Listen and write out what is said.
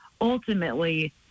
ultimately